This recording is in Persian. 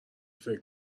فکر